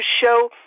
show